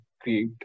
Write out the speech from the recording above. create